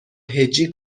هجی